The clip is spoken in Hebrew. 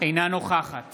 אינה נוכחת